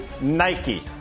Nike